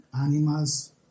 animals